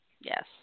Yes